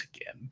again